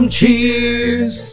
Cheers